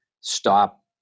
stop